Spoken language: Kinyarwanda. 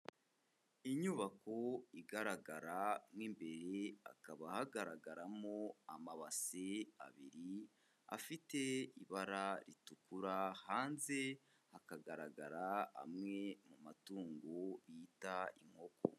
Inyubako igaragara mo imbere, hakaba hagaragaramo amabasi abiri afite ibara ritukura, hanze hakagaragara amwe mu matungo bita inkoko.